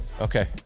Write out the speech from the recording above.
Okay